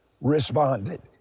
responded